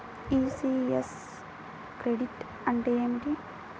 ECS credit అంటే ఏమిటి?